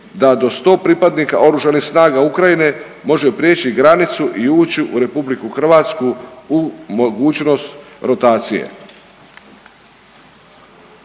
da do 100 pripadnika Oružanih snaga Ukrajine može prijeći granicu i ući u RH u mogućnost rotacije.